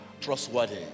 trustworthy